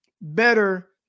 better